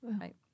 Right